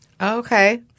Okay